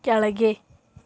ಕೆಳಗೆ